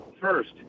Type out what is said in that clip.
First